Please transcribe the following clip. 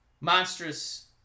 monstrous